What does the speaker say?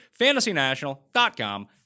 FantasyNational.com